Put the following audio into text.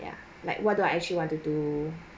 ya like what do I actually want to do